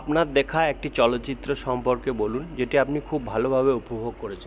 আপনার দেখা একটি চলচ্চিত্র সম্পর্কে বলুন যেটি আপনি খুব ভালোভাবে উপভোগ করেছেন